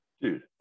dude